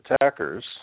attackers